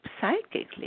psychically